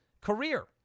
career